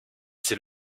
c’est